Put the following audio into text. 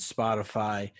Spotify